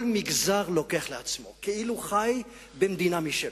כל מגזר לוקח לעצמו כאילו הוא חי במדינה משלו,